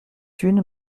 une